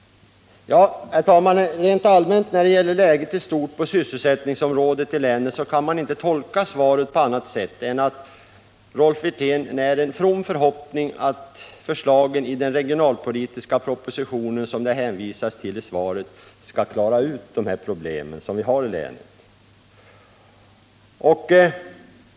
Herr talman! När det gäller läget i stort på sysselsättningsområdet kan man inte tolka svaret på annat sätt än att Rolf Wirtén när en from förhoppning att förslagen i den regionalpolitiska propositionen, som det hänvisas till i svaret, skall klara ut de problem som vi har i länet.